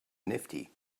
nifty